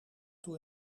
toe